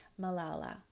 Malala